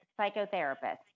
psychotherapist